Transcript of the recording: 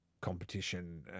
competition